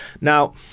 Now